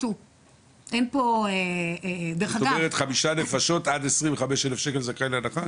זאת אומרת חמש נפשות עד 25,000 שקל זכאי להנחה?